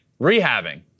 rehabbing